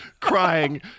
crying